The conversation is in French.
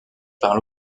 par